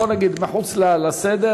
בוא נגיד, מחוץ לסדר.